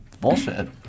Bullshit